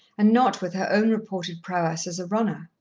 and not with her own reported prowess as a runner.